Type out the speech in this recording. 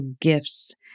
gifts